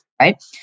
Right